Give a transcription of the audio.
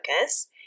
focus